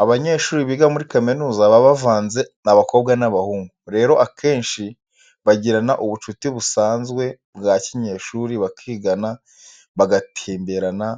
Abanyeshuri biga muri kaminuza, baba bavanze abakobwa n'abahungu, rero akenshi bagirana ubucuti busanzwe bwa kinyeshuri, bakigana, bagatemberana,